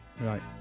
Right